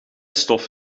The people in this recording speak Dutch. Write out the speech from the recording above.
stof